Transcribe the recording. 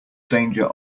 danger